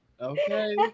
Okay